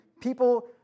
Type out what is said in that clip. people